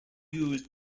used